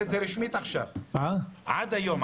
עד היום,